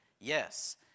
Yes